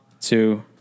Two